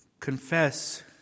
Confess